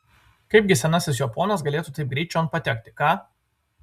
kaipgi senasis jo ponas galėtų taip greit čion patekti ką